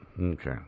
Okay